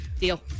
Deal